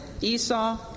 Esau